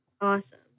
Awesome